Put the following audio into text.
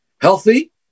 healthy